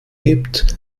gibt